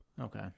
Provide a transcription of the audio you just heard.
Okay